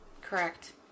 Correct